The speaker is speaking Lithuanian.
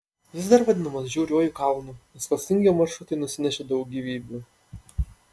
jis dar vadinamas žiauriuoju kalnu nes klastingi jo maršrutai nusinešė daug gyvybių